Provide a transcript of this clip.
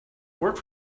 work